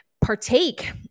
partake